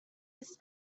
his